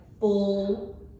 full